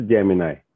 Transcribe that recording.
Gemini